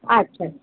अच्छा